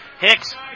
Hicks